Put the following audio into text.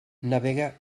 navega